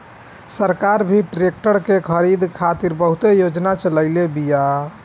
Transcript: सरकार भी ट्रेक्टर के खरीद खातिर बहुते योजना चलईले बिया